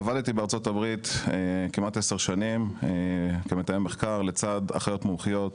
עבדתי בארצות הברית כמעט 10 שנים כמתאם מחקר לצד אחיות מומחיות,